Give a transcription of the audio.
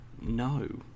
No